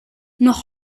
noch